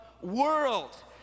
world